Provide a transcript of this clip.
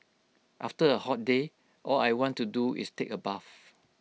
after A hot day all I want to do is take A bath